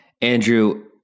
andrew